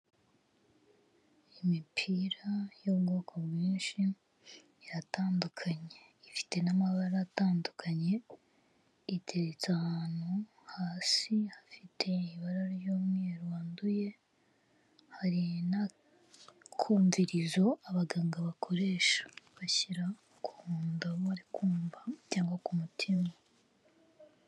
Imipira y'ubwoko bwinshi iratandukanye ifite n'amabara atandukanye iteretse ahantu hasi hafite ibara ry'umweru wanduye hari n'akumvirizo abaganga bakoresha bashyira ku mu nda bari kumva cyangwa ku mutima.